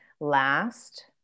last